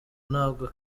ntabwo